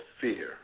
fear